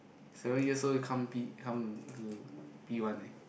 seven years old you come P come to P one eh